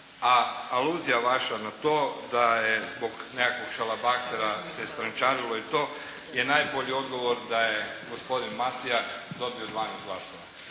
A aluzija vaša na to da je zbog nekakvog šalabahtera se strančarilo i to, je najbolji odgovor da je gospodin Matija dobio 12 glasova.